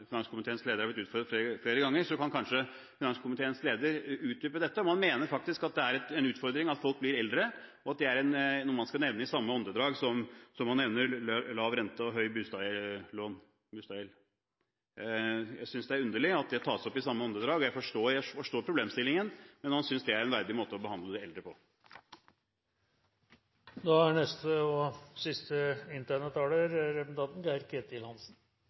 finanskomiteens leder har vært ute med det flere ganger, kan finanskomiteens leder kanskje utdype dette – om han faktisk mener at det er en utfordring at folk blir eldre, og at det er noe man skal nevne i samme åndedrag som man nevner lav rente og høy boliggjeld. Jeg synes det er underlig at det tas opp i samme åndedrag, og jeg forstår problemstillingen. Men synes han det er verdig måte å behandle de eldre på? Jeg hadde egentlig ikke tenkt å kommentere den siste delen av debatten, for den var, for å si det